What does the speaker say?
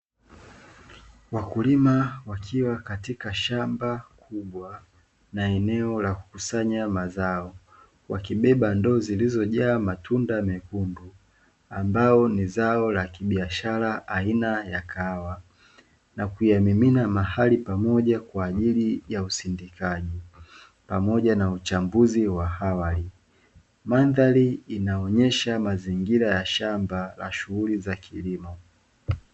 Wakulima wakiwa katika shamba kubwa na eneo la kukusanya mazao wakibeba ndoo zilizojaa matunda mekundu, ambao ni zao la kibiashara aina ya kahawa na kuyamimina mahali pamoja kwa ajili ya usindikaji, pamoja na uchambuzi wa awali. Mandhari inaonyesha mazingira ya shamba la shughuli za kilimo.